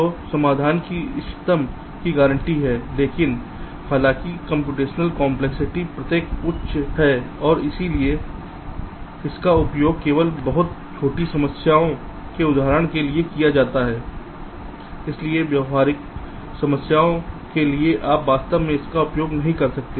तो समाधान की इष्टतमता की गारंटी है लेकिन हालाँकि कम्प्यूटेशनल कंपलेक्सिटी प्रत्येक उच्च है और इसलिए इसका उपयोग केवल बहुत छोटी समस्या के उदाहरणों के लिए किया जा सकता है इसलिए व्यावहारिक समस्याओं के लिए आप वास्तव में इसका उपयोग नहीं कर सकते